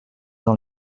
dans